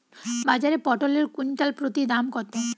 বাজারে পটল এর কুইন্টাল প্রতি দাম কত?